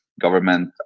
government